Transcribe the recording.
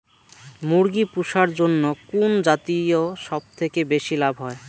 মুরগি পুষার জন্য কুন জাতীয় সবথেকে বেশি লাভ হয়?